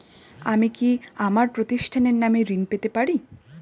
আমি কি আমার প্রতিষ্ঠানের নামে ঋণ পেতে পারি?